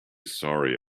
sorry